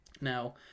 Now